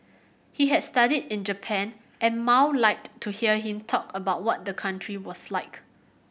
he had studied in Japan and Mao liked to hear him talk about what the country was like